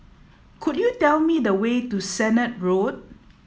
could you tell me the way to Sennett Road